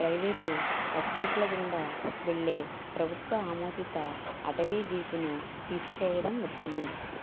private ఎస్టేట్ల గుండా వెళ్ళే ప్రభుత్వ ఆమోదిత వాటవీ జీపును తీసుకోవడం ఉత్తమం